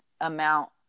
amount